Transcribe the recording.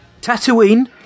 Tatooine